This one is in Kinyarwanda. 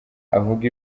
avuga